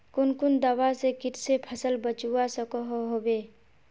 कुन कुन दवा से किट से फसल बचवा सकोहो होबे?